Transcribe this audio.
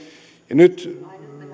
nyt